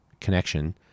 connection